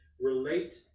relate